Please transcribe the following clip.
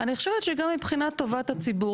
אני חושבת שגם מבחינת טובת הציבור,